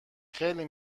خیلی